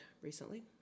recently